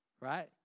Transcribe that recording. right